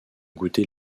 goûter